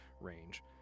range